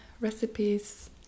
recipes